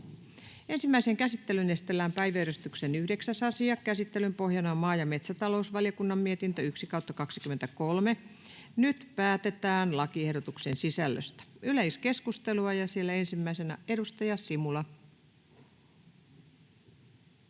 Ensimmäiseen käsittelyyn esitellään päiväjärjestyksen 9. asia. Käsittelyn pohjana on maa‑ ja metsätalousvaliokunnan mietintö MmVM 1/2023 vp. Nyt päätetään lakiehdotuksen sisällöstä. — Yleiskeskustelua, ja siellä ensimmäisenä edustaja Simula.